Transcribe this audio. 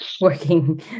working